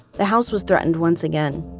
the house was threatened once again.